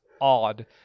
odd